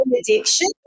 addiction